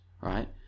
right